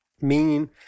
Meaning